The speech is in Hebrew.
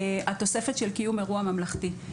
התוספת של "קיום אירוע ממלכתי".